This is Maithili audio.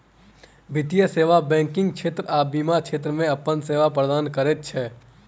वित्तीय सेवा बैंकिग क्षेत्र आ बीमा क्षेत्र मे अपन सेवा प्रदान करैत छै